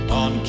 on